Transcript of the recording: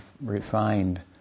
refined